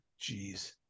Jeez